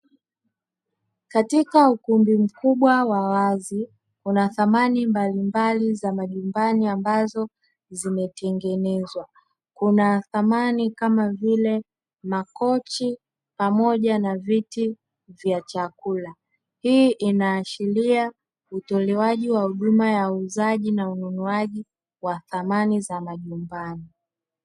Katika ukumbi mkubwa wa wazi kuna samani mbalimbali za majumbani ambazo zimetengenezwa kuna samani kama vile makochi pamoja na viti vya chakula. hii inaashiria utolewaji wa huduma ya uuzaji na ununuaji wa samani za majumbani.